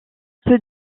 peut